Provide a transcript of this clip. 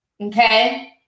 okay